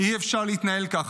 אי-אפשר להתנהל כך.